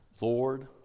Lord